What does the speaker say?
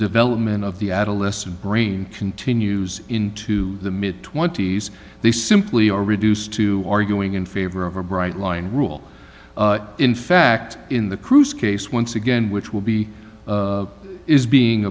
development of the adolescent brain continues into the mid twenty's they simply are reduced to arguing in favor of a bright line rule in fact in the cruise case once again which will be is being